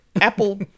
Apple